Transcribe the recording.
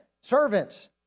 servants